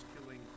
killing